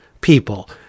people